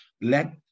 Let